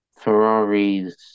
Ferrari's